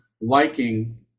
liking